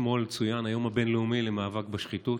אתמול צוין היום הבין-לאומי למאבק בשחיתות.